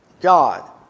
God